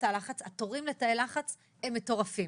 תא לחץ התורים לתאי לחץ הם מטורפים.